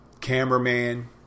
cameraman